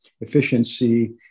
efficiency